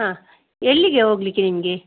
ಹಾಂ ಎಲ್ಲಿಗೆ ಹೋಗಲಿಕ್ಕೆ ನಿಮಗೆ